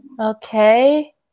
Okay